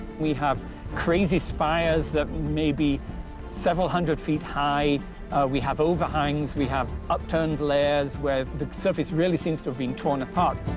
we have crazy spires that may be several hundred feet high we have overhangs we have upturned layers, where the surface really seems to have been torn apart.